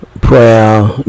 prayer